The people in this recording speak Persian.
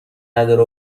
نداره